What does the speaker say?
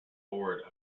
board